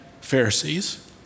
Pharisees